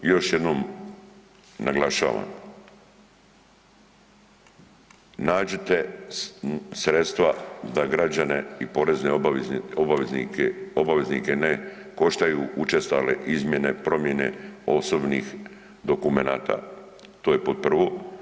Još jednom naglašavam, nađite sredstva da građane i porezne obaveznike, obaveznike ne koštaju učestale izmjene, promjene osobnih dokumenata, to je pod prvo.